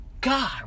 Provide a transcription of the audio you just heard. God